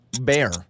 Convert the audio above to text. bear